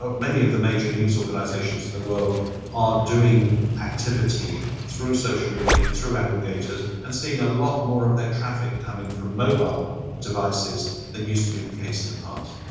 many of the major news organisations in the world are doing activity through social media, and through aggregators, and seeing a lot more of their traffic coming from mobile devices than used to be the case in the past.